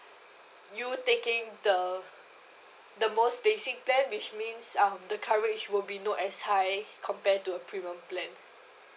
you taking the the most basic plan which means um the coverage would be not as high compared to a premium plan